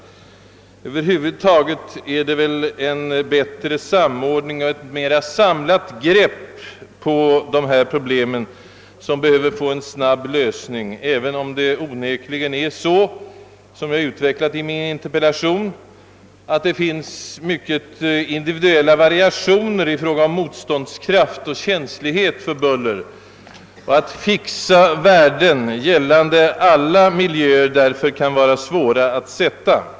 Över huvud taget är det väl en bättre samordning som krävs och ett mera samlat grepp på dessa problem, som behöver få en snabb lösning, även om det onekligen förhåller sig så som jag har utvecklat i min interpellation, att det finns mycket individuella variationer i fråga om motståndskraft och känslighet för buller och att fixa värden gällande alla miljöer därför kan vara svåra att fastställa.